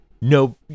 No